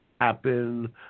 happen